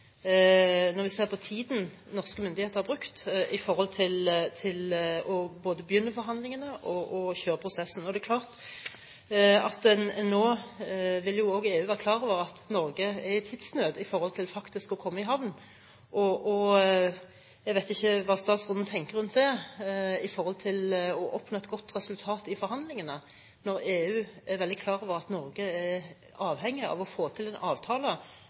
når vi ser på tiden som norske myndigheter har brukt, i forhold til både å begynne forhandlingene og å kjøre prosessen. Det er klart at nå vil jo også EU være klar over at Norge er i tidsnød når det gjelder faktisk å komme i havn. Jeg vet ikke hva statsråden tenker rundt det å oppnå et godt resultat i forhandlingene når EU er veldig klar over at Norge er avhengig av å få til en avtale